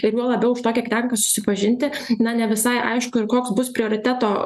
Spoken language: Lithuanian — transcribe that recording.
ir juo labiau už tokią krenką susipažinti na ne visai aišku ir koks bus prioriteto